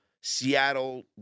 Seattle